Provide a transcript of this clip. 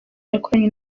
yakoranye